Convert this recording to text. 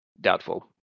Doubtful